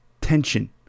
tension